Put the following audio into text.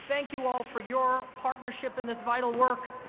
thank you all for your partnership in this vital work.